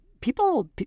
people